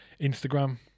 Instagram